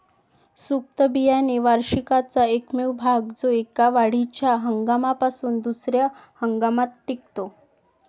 सुप्त बियाणे वार्षिकाचा एकमेव भाग जो एका वाढीच्या हंगामापासून दुसर्या हंगामात टिकतो